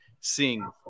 seeing